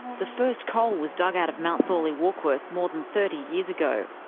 the first coal was dug out of mount thorley warkworth more than thirty years ago.